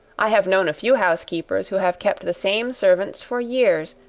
i have known a few housekeepers, who have kept the same servants for years,